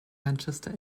manchester